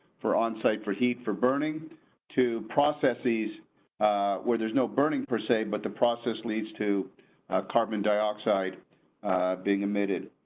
for onsite for heat for burning to processes where there's no burning per se but the process leads to a carbon dioxide being emitted.